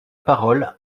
parole